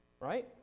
right